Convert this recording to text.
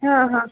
हा हा